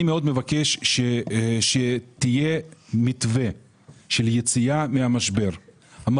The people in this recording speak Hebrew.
מבקש שיהיה מתווה של יציאה מהמשבר לגבי מחלבות רמת הגולן.